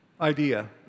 idea